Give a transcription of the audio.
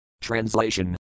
Translation